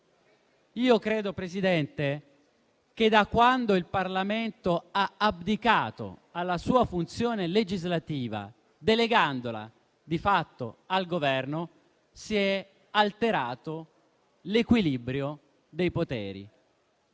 Io credo, Presidente, che da quando il Parlamento ha abdicato alla sua funzione legislativa, delegandola di fatto al Governo, si è alterato l'equilibrio dei poteri